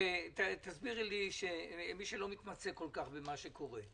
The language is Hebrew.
תסבירי למי שלא מתמצא כל כך במה שקורה,